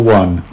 one